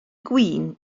gwin